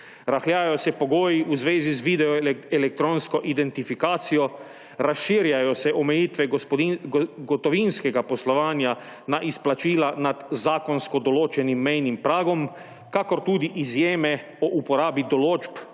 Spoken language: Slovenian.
Rahljajo se pogoji v zvezi z video-elektronsko identifikacijo. Razširjajo se omejitve gotovinskega poslovanja na izplačila nad zakonsko določenim mejnim pragom, kakor tudi izjeme o uporabi določb